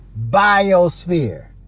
biosphere